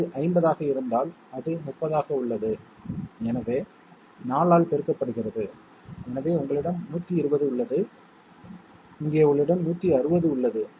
அது ஹைபோடென்யூஸ் 50 ஆக இருந்தால் அது 30 ஆக உள்ளது எனவே 4 ஆல் பெருக்கப்படுகிறது எனவே உங்களிடம் 120 உள்ளது இங்கே உங்களிடம் 160 உள்ளது